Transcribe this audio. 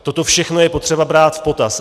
Toto všechno je potřeba brát v potaz.